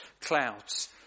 clouds